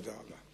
תודה רבה.